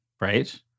Right